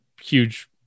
huge